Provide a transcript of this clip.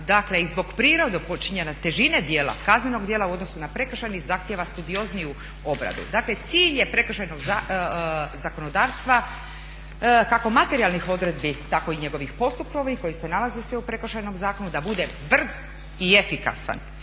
dakle i zbog prirode počinjene težine kaznenog djela u odnosu na prekršajni zahtjeva studiozniju obradu. Dakle, cilj je prekršajnog zakonodavstva kako materijalnih odredbi tako i njegovih postupovnih koje se nalaze sve u Prekršajnom zakonu da bude brz i efikasan.